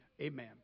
Amen